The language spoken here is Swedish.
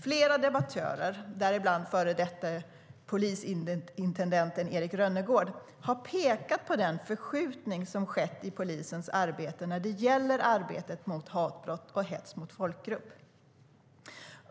Flera debattörer, däribland före detta polisintendent Eric Rönnegård, har pekat på den förskjutning som skett i polisens arbete mot hatbrott och hets mot folkgrupp.